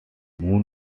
moon